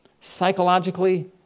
psychologically